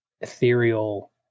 ethereal